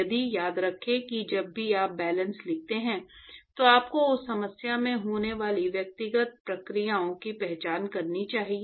इसलिए याद रखें कि जब भी आप बैलेंस लिखते हैं तो आपको उस समस्या में होने वाली व्यक्तिगत प्रक्रियाओं की पहचान करनी चाहिए